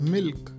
Milk